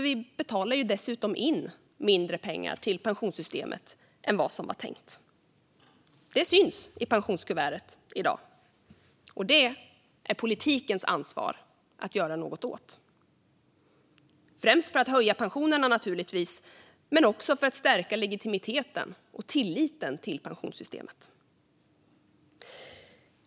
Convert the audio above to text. Vi betalar ju dessutom in mindre pengar till pensionssystemet än vad som var tänkt. Det syns i pensionskuvertet i dag, och det är politikens ansvar att göra något åt. Naturligtvis är det främst för att höja pensionerna, men det är också för att stärka legitimiteten och tilliten till pensionssystemet.